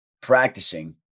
practicing